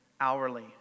hourly